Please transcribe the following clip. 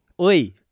Oi